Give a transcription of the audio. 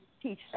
teach